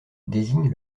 désigne